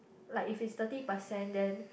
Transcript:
like if it's thirty percent then